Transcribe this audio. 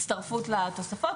ההצטרפות לתוספות.